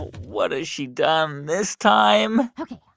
what has she done this time? ok,